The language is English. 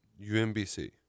UMBC